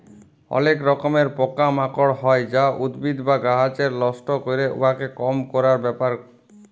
অলেক রকমের পকা মাকড় হ্যয় যা উদ্ভিদ বা গাহাচকে লষ্ট ক্যরে, উয়াকে কম ক্যরার ব্যাপার